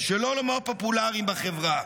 שלא נאמר פופולריים, בחברה.